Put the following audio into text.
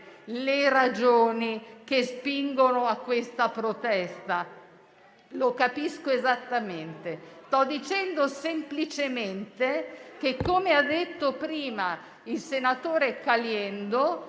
le ragioni che spingono a questa protesta. Lo capisco esattamente. Sto dicendo semplicemente che, come ha detto prima il senatore Caliendo,